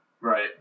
right